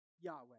Yahweh